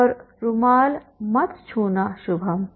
और रूमाल मत छूना शुभम